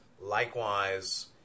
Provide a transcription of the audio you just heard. Likewise